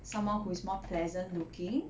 someone who is more pleasant looking